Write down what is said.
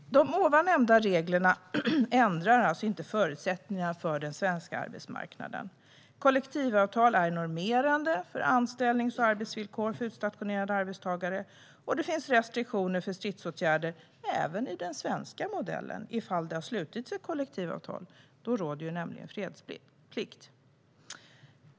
De ovan nämnda reglerna ändrar alltså inte förutsättningarna för den svenska arbetsmarknaden. Kollektivavtal är normerande för anställnings och arbetsvillkor för utstationerade arbetstagare, och det finns restriktioner för stridsåtgärder även i den svenska modellen om det slutits ett kollektivavtal. Då råder nämligen fredsplikt.